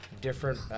different